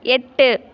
எட்டு